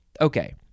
okay